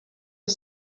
est